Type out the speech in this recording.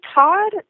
Todd